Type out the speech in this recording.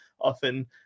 often